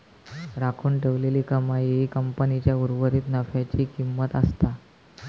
राखून ठेवलेली कमाई ही कंपनीच्या उर्वरीत नफ्याची किंमत असता